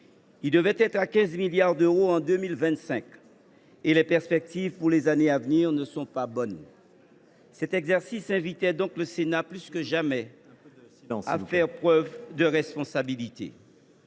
Il devrait être de 15 milliards d’euros en 2025, et les perspectives pour les années à venir ne sont pas bonnes. Cet exercice invitait donc le Sénat à faire, plus que jamais, preuve de responsabilité.